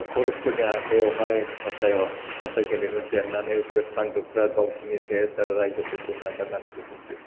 कौरबफोरनि आखाइआवहाय पाचायाव पाचा गेलेनायाव जेननानै बे पान्डबफ्रा गावसिनि देश आरो रायजोफोरखौ नागारनानै गुबुन दे